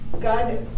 God